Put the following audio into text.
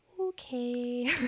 Okay